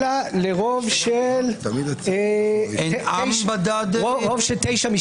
אלא לרוב של 9 מ-12.